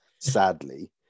sadly